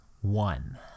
one